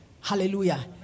Hallelujah